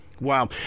Wow